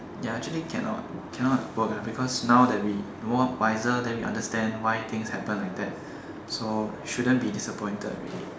ya actually cannot cannot work eh because now that we more wiser then we understand why things happen like that so shouldn't be disappointed already